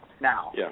now